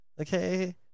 okay